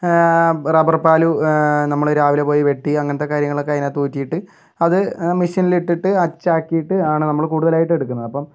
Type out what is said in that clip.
rubber പാല് നമ്മൾ രാവിലെ പോയി വെട്ടി അങ്ങനത്തെ കാര്യങ്ങളൊക്കെ അതിനകത്ത് ഊറ്റിയിട്ട് അത് മെഷീനിൽ ഇട്ടിട്ട് അച്ചാക്കിയിട്ട് ആണ് നമ്മള് കൂടുതലായിട്ടും എടുക്കുന്നത് അപ്പം